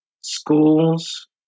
schools